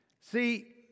See